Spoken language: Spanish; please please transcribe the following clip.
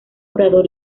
orador